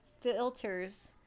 filters